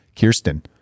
Kirsten